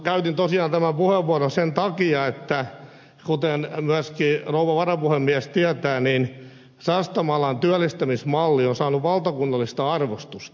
käytin tosiaan tämän puheenvuoron sen takia että kuten myöskin rouva varapuhemies tietää sastamalan työllistämismalli on saanut valtakunnallista arvostusta